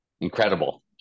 Incredible